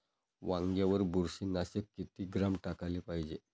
वांग्यावर बुरशी नाशक किती ग्राम टाकाले पायजे?